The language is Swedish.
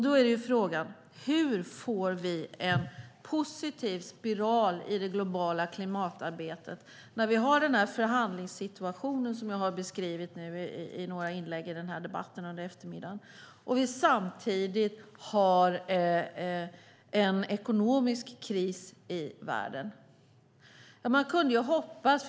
Då är frågan: Hur får vi en positiv spiral i det globala klimatarbetet när vi har den förhandlingssituation som jag har beskrivit nu i några inlägg i debatten under eftermiddagen när vi samtidigt har en ekonomisk kris i världen? Man kan hoppas.